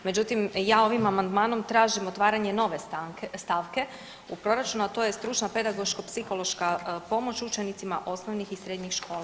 Međutim ja ovim amandmanom tražim otvaranje nove stavke u proračunu, a to je stručna pedagoško psihološka pomoć učenicima osnovnih i srednjih škola.